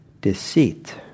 deceit